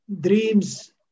dreams